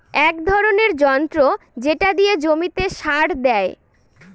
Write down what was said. এক ধরনের যন্ত্র যেটা দিয়ে জমিতে সার দেয়